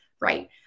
right